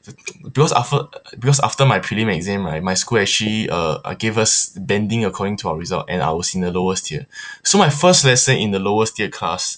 because after because after my prelim exam my my school actually uh uh give us banding according to our result and I was in the lowest tier so my first lesson in the lowest tier class